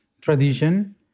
tradition